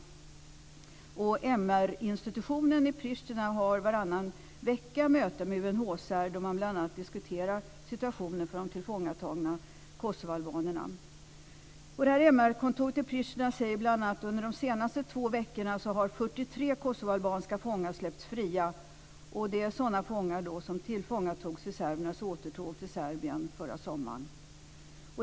MR-institutionen i Pristina har varannan vecka möte med UNHCR, då man bl.a. diskuterar situationen för de tillfångatagna kosovoalbanerna. MR-kontoret i Pristina säger bl.a. att 43 kosovoalbanska fångar släppts fria under de senaste två veckorna. Det är sådana fångar som tillfångatogs vid serbernas återtåg till Serbien föra sommaren.